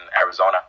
Arizona